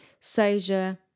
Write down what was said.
Seja